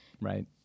Right